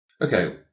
Okay